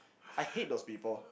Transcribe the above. I hate those people